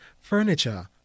furniture